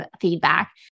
feedback